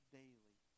daily